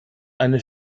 eine